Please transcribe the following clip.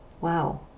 wow